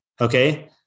Okay